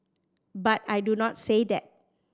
but I do not say that